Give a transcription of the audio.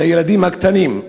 והילדים הקטנים.